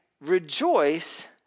Rejoice